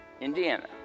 Indiana